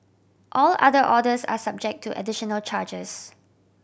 all other orders are subject to additional charges